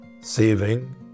Saving